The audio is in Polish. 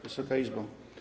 Wysoka Izbo!